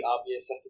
obvious